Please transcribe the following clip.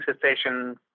cessation